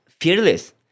fearless